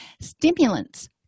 Stimulants